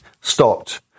stopped